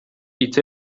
hitz